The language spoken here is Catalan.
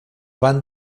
van